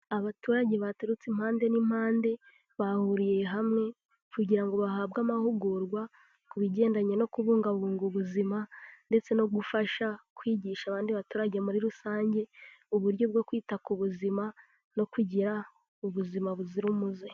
Abaturage baturutse impande n'impande, bahuriye hamwe kugira ngo bahabwe amahugurwa ku bijyandanye no kubungabunga ubuzima ndetse no gufasha kwigisha abandi baturage muri rusange, uburyo bwo kwita ku buzima no kugira ubuzima buzira umuze.